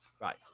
Right